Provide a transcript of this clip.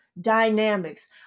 dynamics